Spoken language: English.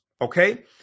Okay